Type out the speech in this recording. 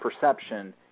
perception